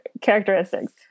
characteristics